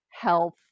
health